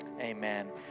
Amen